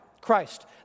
Christ